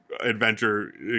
adventure